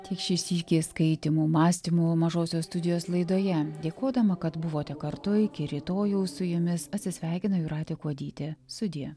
tiek šį sykį skaitymų mąstymų mažosios studijos laidoje dėkodama kad buvote kartu iki rytojaus su jumis atsisveikina jūratė kuodytė sudie